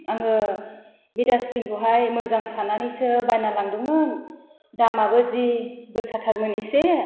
आङो बि डासबिनखौहाय मोजां सान्नानैसो बायनानै लांदोमोन दामाबो जि गोसाथारमोन इसे